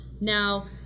Now